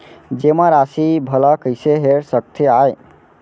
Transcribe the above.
जेमा राशि भला कइसे हेर सकते आय?